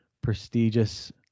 prestigious